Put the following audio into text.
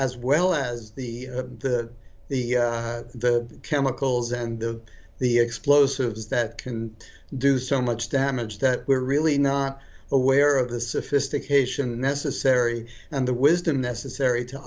as well as the the the the chemicals and the the explosives that can do so much damage that we're really not aware of the sophistication necessary and the wisdom necessary to